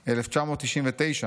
1999,